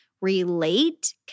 relate